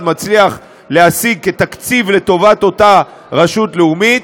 מצליח להשיג כתקציב לטובת אותה רשות לאומית,